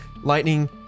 lightning